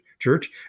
church